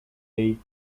jej